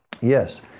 Yes